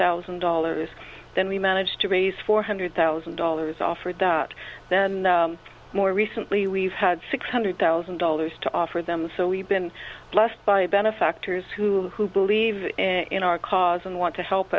thousand dollars then we managed to raise four hundred thousand dollars offered that then more recently we've had six hundred thousand dollars to offer them so we've been blessed by benefactors who believe in our cause and want to help